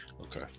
Okay